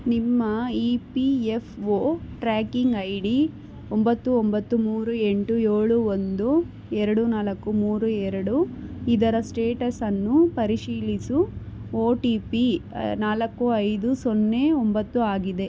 ನಿಮ್ಮ E P F O tracking I D ಒಂಬತ್ತು ಒಂಬತ್ತು ಮೂರು ಎಂಟು ಏಳು ಒಂದು ಎರಡು ನಾಲ್ಕು ಮೂರು ಎರಡು ಇದರ ಸ್ಟೇಟಸ್ಸನ್ನು ಪರಿಶೀಲಿಸು ಒ ಟಿ ಪಿ ನಾಲ್ಕು ಐದು ಸೊನ್ನೆ ಒಂಬತ್ತು ಆಗಿದೆ